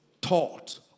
taught